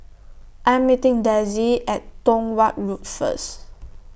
I Am meeting Desi At Tong Watt Road First